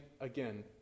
again